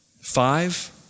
Five